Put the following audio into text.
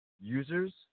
users